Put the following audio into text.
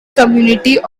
community